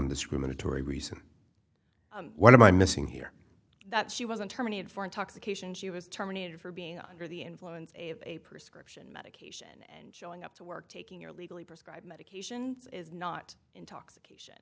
nondiscriminatory reason what am i missing here that she wasn't terminated for intoxication she was terminated for being under the influence a prescription medication showing up to work taking your legally prescribed medications not intoxication